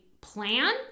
plan